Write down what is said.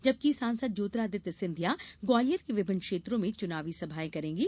जबकि सांसद ज्योतिरादित्य सिंधिया ग्वालियर के विभिन्न क्षेत्रों में चुनावी सभाएं करेंगे